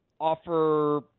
offer